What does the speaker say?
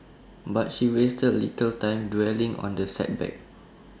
but she wasted A little time dwelling on the setback